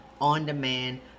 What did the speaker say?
on-demand